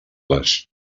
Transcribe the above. les